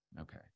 Okay